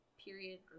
period